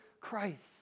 Christ